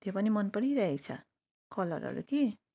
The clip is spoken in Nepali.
त्यो पनि मन परिरहेको छ कलरहरू कि